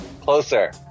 closer